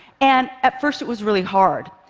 and at first it was really hard.